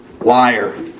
liar